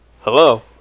Hello